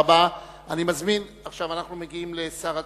עכשיו אנחנו מגיעים לשר התקשורת,